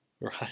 Right